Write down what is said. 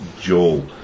Joel